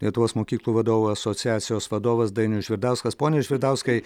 lietuvos mokyklų vadovų asociacijos vadovas dainius žvirdauskas ponia žvirdauskai